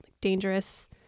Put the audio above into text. dangerous